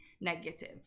negative